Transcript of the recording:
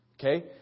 Okay